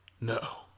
No